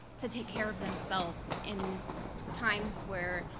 to take care of themselves in times where